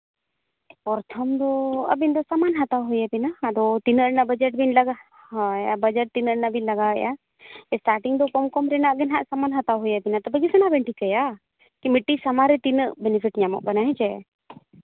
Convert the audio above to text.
ᱯᱨᱚᱛᱷᱚᱢ ᱫᱚ ᱟᱹᱵᱤᱱ ᱫᱚ ᱥᱟᱢᱟᱱ ᱦᱟᱛᱟᱣ ᱦᱩᱭ ᱟᱵᱤᱱᱟ ᱟᱫᱚ ᱛᱤᱱᱟᱹᱜ ᱨᱮᱱᱟᱜ ᱵᱟᱡᱮᱴ ᱵᱤᱱ ᱞᱟᱜᱟ ᱟᱨ ᱵᱟᱡᱮᱴ ᱛᱤᱱᱟᱹᱜ ᱨᱮᱱᱟᱜ ᱵᱤᱱ ᱞᱟᱜᱟᱣ ᱮᱜᱼᱟ ᱥᱴᱟᱴᱤᱝ ᱫᱚ ᱠᱚᱢ ᱠᱚᱢ ᱨᱮᱱᱟᱜ ᱵᱤᱱ ᱦᱟᱸᱜ ᱥᱟᱢᱟᱱ ᱦᱟᱛᱟᱣ ᱦᱩᱭ ᱟᱹᱵᱤᱱᱟ ᱛᱚᱵᱮ ᱜᱮᱥᱮ ᱱᱟ ᱴᱷᱤᱠᱟᱹᱭᱟ ᱢᱤᱫᱴᱤᱡ ᱥᱟᱢᱟᱱ ᱨᱮ ᱛᱤᱱᱟᱹᱜ ᱵᱮᱱᱤᱯᱷᱤᱴ ᱧᱟᱢᱚᱜ ᱠᱟᱱᱟ ᱦᱮᱸ ᱥᱮ